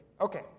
okay